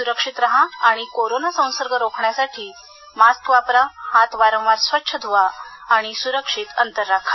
सुरक्षित राहा आणि कोरोना संसर्ग रोखण्यासाठी मास्क वापरा हात वारंवार स्वच्छ धुवा आणि सुरक्षित अंतर राखा